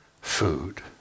food